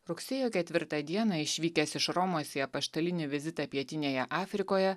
rugsėjo ketvirtą dieną išvykęs iš romos į apaštalinį vizitą pietinėje afrikoje